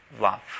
love